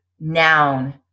noun